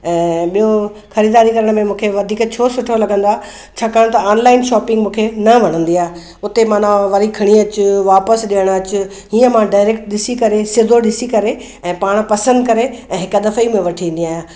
ऐं ॿियो ख़रीदारी करण में मूंखे वधीक छो सुठो लॻंदो आहे छाकाणि त ऑनलाइन शॉपिंग मूंखे न वणंदी आहे उते माना वरी खणी अच वापसि ॾियणु अच हीअं मां डायरेक्ट ॾिसी करे सिधो ॾिसी करे ऐं पाण पसंदि करे ऐं हिक दफ़े ई में वठी ईंदी आहियां